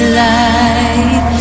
light